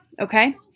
okay